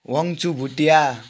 Wangchu Bhutia